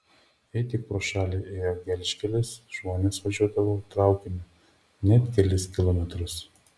jei tik pro šalį ėjo gelžkelis žmonės važiuodavo traukiniu net kelis kilometrus